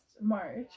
March